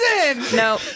No